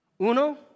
Uno